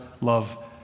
love